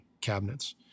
cabinets